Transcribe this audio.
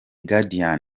guardian